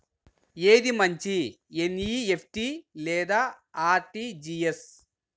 ఏది మంచి ఎన్.ఈ.ఎఫ్.టీ లేదా అర్.టీ.జీ.ఎస్?